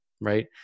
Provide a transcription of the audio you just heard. right